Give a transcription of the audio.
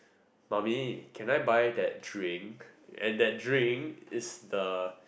mummy can I buy that drink and that drink is the